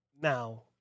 Now